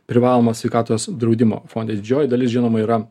privalomo sveikatos draudimo fonde didžioji dalis žinoma yra